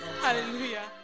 Hallelujah